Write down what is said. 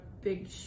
big